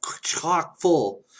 chock-full